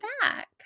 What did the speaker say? back